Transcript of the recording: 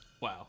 wow